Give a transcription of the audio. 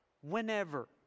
whenever